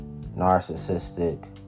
narcissistic